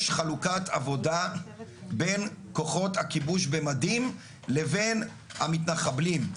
יש חלוקת עבודה בין כוחות הכיבוש במדים לבין המתנחבלים.